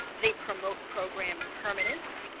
they promote program permanence